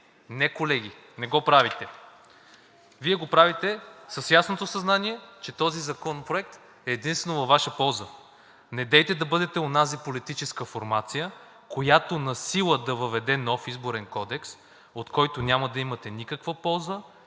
не, колеги, не го правите. Вие го правите с ясното съзнание, че този законопроект е единствено във Ваша полза. Недейте да бъдете онази политическа формация, която насила да въведе нов Изборен кодекс, от който няма да имате никаква полза,